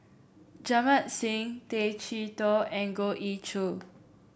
Jamit Singh Tay Chee Toh and Goh Ee Choo